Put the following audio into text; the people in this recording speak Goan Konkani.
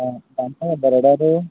आं आं खंय बराडा थंय